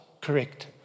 correct